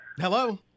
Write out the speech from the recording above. Hello